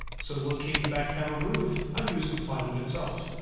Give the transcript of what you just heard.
so to locate the back panel groove, i use the plywood itself.